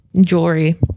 jewelry